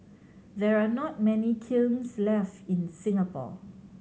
there are not many kilns left in Singapore